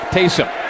Taysom